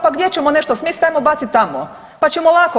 Pa gdje ćemo nešto smjestiti, pa hajmo baciti tamo pa ćemo lako.